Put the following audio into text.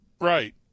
Right